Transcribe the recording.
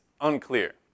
unclear